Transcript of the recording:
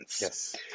Yes